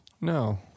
No